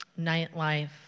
nightlife